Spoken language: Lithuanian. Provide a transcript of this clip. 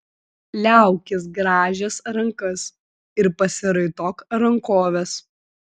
liaukis grąžęs rankas ir pasiraitok rankoves